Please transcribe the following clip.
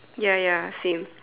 ya ya same